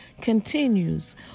continues